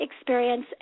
experience